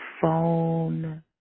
phone